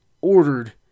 ordered